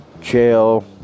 jail